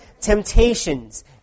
temptations